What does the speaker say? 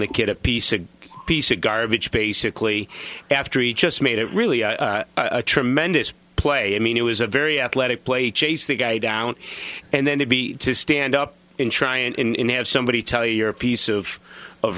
the kid a piece of piece of garbage basically after he just made it really a tremendous play i mean it was a very athletic play chase the guy down and then to be to stand up and try and in have somebody tell you you're a piece of of